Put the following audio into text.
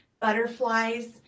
butterflies